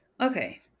Okay